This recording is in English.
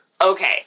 okay